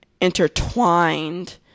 intertwined